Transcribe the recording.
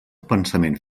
pensament